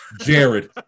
Jared